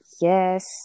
Yes